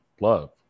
love